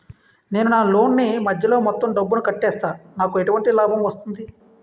నేను నా లోన్ నీ మధ్యలో మొత్తం డబ్బును కట్టేస్తే నాకు ఎటువంటి లాభం వస్తుంది?